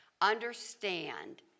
Understand